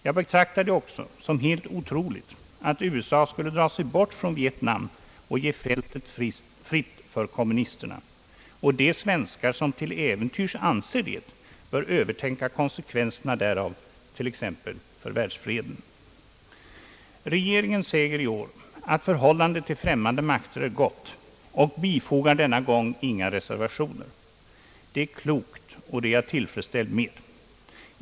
Jag betraktar det också som helt otroligt att USA skulle dra sig bort från Vietnam och ge fältet fritt för kommunisterna. De svenskar som till äventyrs anser det bör övertänka konsekvenserna därav t.ex. för världsfreden. Regeringen säger i år att »förhållandet till främmande makter är gott» och bifogar denna gång inga reservationer. Det är klokt, och det är jag tillfredsställd med.